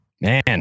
Man